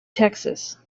texas